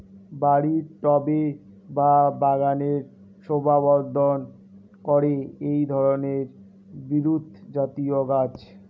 বাড়ির টবে বা বাগানের শোভাবর্ধন করে এই ধরণের বিরুৎজাতীয় গাছ